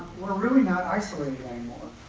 we're really not isolated anymore.